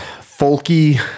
folky